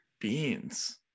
Beans